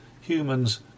humans